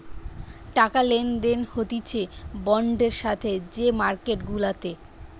টাকা লেনদেন হতিছে বন্ডের সাথে যে মার্কেট গুলাতে